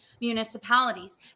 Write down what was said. municipalities